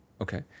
Okay